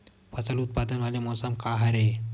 फसल उत्पादन वाले मौसम का हरे?